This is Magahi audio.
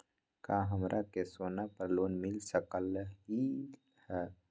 का हमरा के सोना पर लोन मिल सकलई ह?